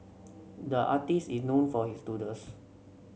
the artist is known for his doodles